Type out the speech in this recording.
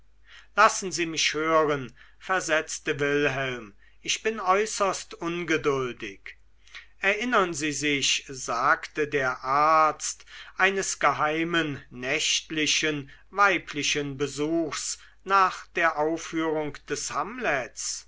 lassen sie mich hören versetzte wilhelm ich bin äußerst ungeduldig erinnern sie sich sagte der arzt eines geheimen nächtlichen weiblichen besuchs nach der aufführung des hamlets